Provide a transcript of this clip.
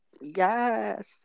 Yes